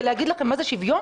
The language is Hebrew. ולהגיד לכם מה זה שוויון?